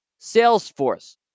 Salesforce